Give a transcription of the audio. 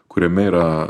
kuriame yra